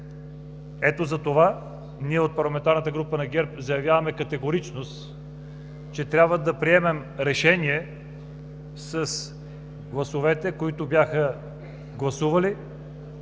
Ето, затова ние от Парламентарната група на ГЕРБ заявяваме категорично, че трябва да приемем решение с гласовете, които бяха гласували